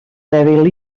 dèbil